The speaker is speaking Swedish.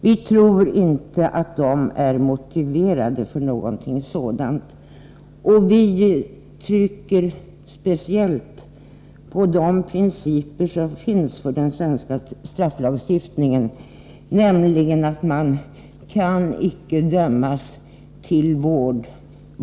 Vi tror inte att dessa män är motiverade för att genomgå ett vårdprogram. Vi trycker speciellt på de principer som finns för den svenska strafflagstiftningen, nämligen att man icke kan dömas till vård.